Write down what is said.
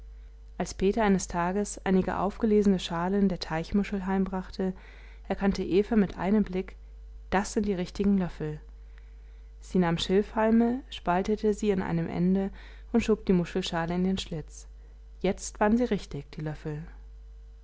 als peter eines tages einige aufgelesene schalen der teichmuschel heimbrachte erkannte eva mit einem blick das sind die richtigen löffel sie nahm schilfhalme spaltete sie am einen ende und schob die muschelschale in den schlitz jetzt waren sie richtig die löffel